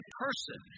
person